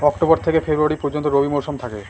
October থেকে February পর্যন্ত রবি মৌসুম থাকে